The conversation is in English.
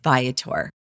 Viator